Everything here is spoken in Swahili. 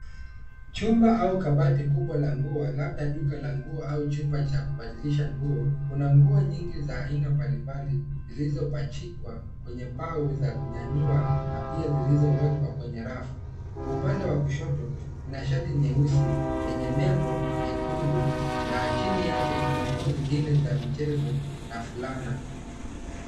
Chumba au kabati kubwa la nguo labda duka la nguo au chumba cha kubadilisha nguo. Kuna nguo nyingi za aina mbalimbali zilizopachikwa kwenye mbao za kunyanyua na pia zilizowekwa kwenye rafu. Kwa upande wa kushoto kuna shati nyeusi yenye lebo nyekundu na chini yake kuna nguo zingine za michezo na fulana.